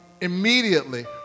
immediately